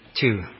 two